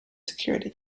security